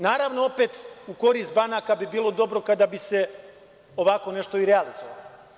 Naravno, opet u korist banaka bi bilo dobro kada bi se ovako nešto i realizovalo.